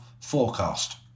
forecast